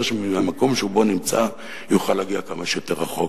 שמהמקום שבו הוא נמצא הוא יוכל להגיע כמה שיותר רחוק,